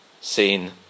Seen